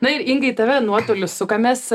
nu ir inga į tavę nuotoliu sukamės